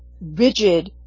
rigid